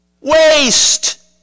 waste